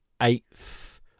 eighth